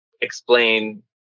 explain